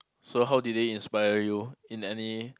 so how did they inspire you in any